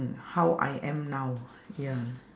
mm how I am now ya